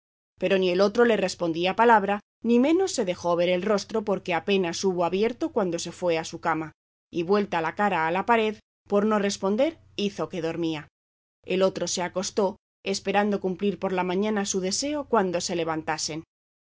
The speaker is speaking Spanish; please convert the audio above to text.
pero ni el otro le respondió palabra ni menos se dejó ver el rostro porque apenas hubo abierto cuando se fue a su cama y vuelta la cara a la pared por no responder hizo que dormía el otro se acostó esperando cumplir por la mañana su deseo cuando se levantasen